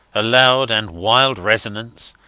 a loud and wild resonance,